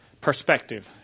perspective